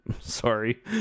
sorry